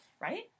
Right